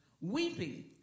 weeping